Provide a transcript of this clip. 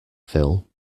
phil